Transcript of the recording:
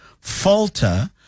falter